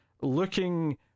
looking